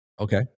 Okay